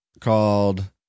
called